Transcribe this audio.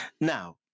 now